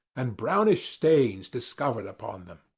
and brownish stains discovered upon them.